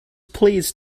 pleased